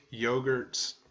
yogurts